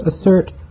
assert